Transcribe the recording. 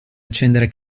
accendere